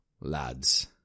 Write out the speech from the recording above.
lads